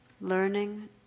learning